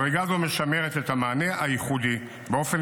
מדרגה זו משמרת את המענה הייחודי באופן